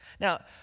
Now